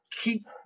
keep